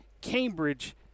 Cambridge